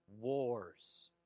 wars